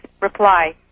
reply